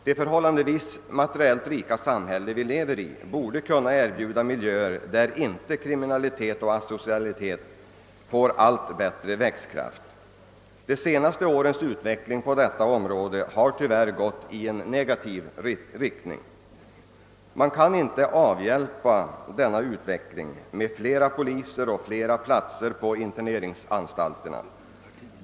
Det ur materiell synpunkt förhållandevis rika samhälle vi lever i borde kunna erbjuda miljöer där inte kriminalitet och asocialitet får allt bättre växtkraft. De senaste årens utveckling på detta område har tyvärr varit negativ. Man kan inte bryta denna utveckling med flera poliser och flera platser på interneringsanstalterna.